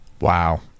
Wow